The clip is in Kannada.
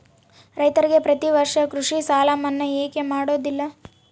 ರೈತರಿಗೆ ಪ್ರತಿ ವರ್ಷ ಕೃಷಿ ಸಾಲ ಮನ್ನಾ ಯಾಕೆ ಮಾಡೋದಿಲ್ಲ?